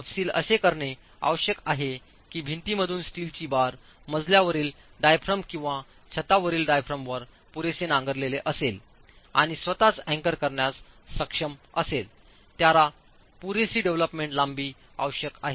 तपशील असे करणे आवश्यक आहे की भिंतींमधून स्टीलची बार मजल्यावरील डायाफ्राम किंवा छतावरील डायाफ्रामवर पुरेसे नांगरलेले असेल आणि स्वतःच अँकर करण्यास सक्षम असेल त्याला पुरेशी डेवलपमेंट लांबी आवश्यक आहे